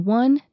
one